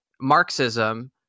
Marxism